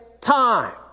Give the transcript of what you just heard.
time